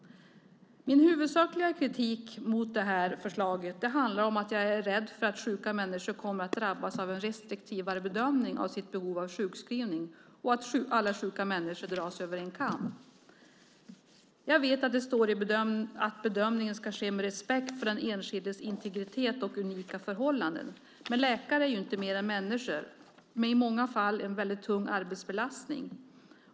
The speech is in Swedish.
Min huvudsakliga kritik mot detta förslag handlar om att jag är rädd för att sjuka människor kommer att drabbas av en restriktivare bedömning av sitt behov av sjukskrivning, och att alla sjuka människor dras över en kam. Jag vet att det står att bedömningen ska ske med respekt för den enskildes integritet och unika förhållanden. Men läkare är inte mer än människor med i många fall en tung arbetsbelastning.